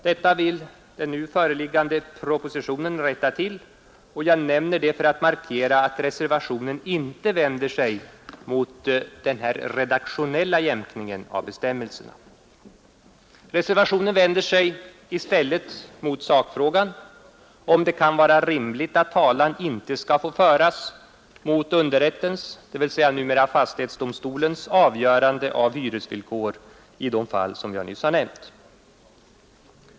Detta vill den nu föreliggande propositionen rätta till, och jag nämner det för att markera att reservationen inte vänder sig mot denna redaktionella jämkning av bestämmelserna. Reservationen gäller i stället sakfrågan, om det kan vara rimligt att talan inte skall få föras mot underrättens, dvs. numera fastighetsdomstolens, avgörande av hyresvillkor i de fall jag nyss har nämnt.